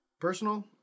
Personal